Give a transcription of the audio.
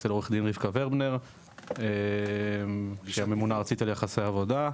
אצל עורכת דין רבקה ורבנר שממונה ארצית על יחסי עבודה.